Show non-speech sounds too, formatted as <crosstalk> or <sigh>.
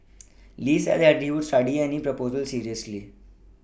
<noise> Lee said that he would study any proposal seriously